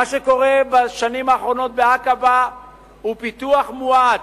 מה שקורה בשנים האחרונות בעקבה הוא פיתוח מואץ,